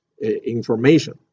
information